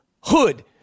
hood